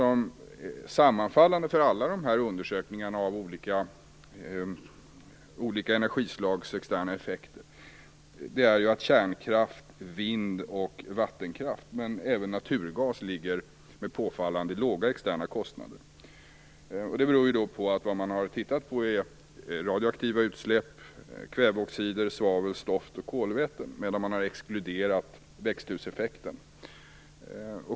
Sammanfallande för alla dessa undersökningar av olika energislags externa effekter är att kärnkraft, vind och vattenkraft, men även naturgas, har påfallande låga externa kostnader. Det beror på att man har tittat på radioaktiva utsläpp, kväveoxider, svavel, stoft och kolväten medan man har exkluderat växthuseffekten.